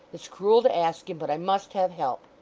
it's cruel to ask him, but i must have help.